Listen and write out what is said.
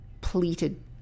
pleated